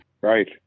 Right